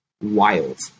wild